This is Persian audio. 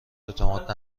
اعتماد